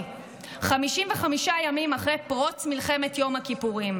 55 ימים אחרי פרוץ מלחמת יום הכיפורים.